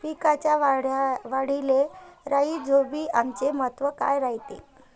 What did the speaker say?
पिकाच्या वाढीले राईझोबीआमचे महत्व काय रायते?